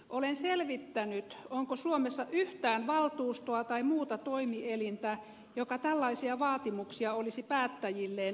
olen selvittänyt onko suomessa yhtään valtuustoa tai muuta toimielintä joka tällaisia vaatimuksia olisi päättäjilleen esittänyt